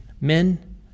Men